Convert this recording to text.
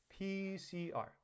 PCR